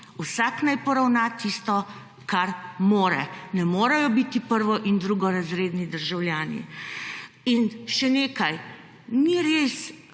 Vsak naj poravna tisto, kar mora. Ne morejo biti prvo in drugorazredni državljani. In še nekaj, ni res,